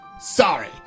Sorry